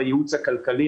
בייעוץ הכלכלי,